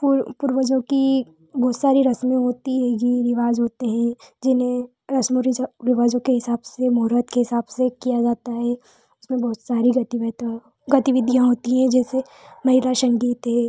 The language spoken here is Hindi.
पूर पूर्वजों की बहुत सारी रस्में होती हैं गी रिवाज होते हैं जिन्हें रस्मों रिझ रिवाजों के हिसाब से मुहूर्त से हिसाब से किया जाता है उसमें बहुत सारी गतिबेत गतिविधियाँ होती हैं जैसे महिला संगीत है